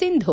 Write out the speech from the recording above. Sindhu